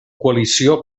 coalició